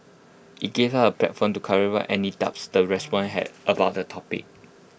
IT gave us A platform to clarify any doubts the respond had about the topic